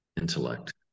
intellect